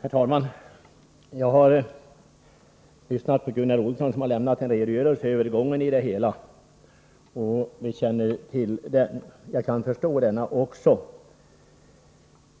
Herr talman! Jag har lyssnat på Gunnar Olsson som har lämnat en redogörelse över de olika turerna i detta ärende, och vi känner till dem. Jag kan också förstå detta.